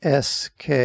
SK